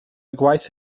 gwaith